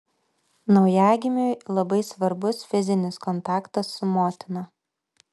naujagimiui labai svarbus fizinis kontaktas su motina